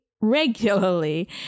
regularly